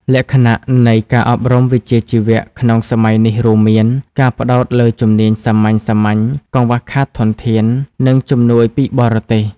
លក្ខណៈនៃការអប់រំវិជ្ជាជីវៈក្នុងសម័យនេះរួមមាន ការផ្តោតលើជំនាញសាមញ្ញៗ កង្វះខាតធនធាន និងជំនួយពីបរទេស។